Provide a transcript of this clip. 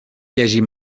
llegir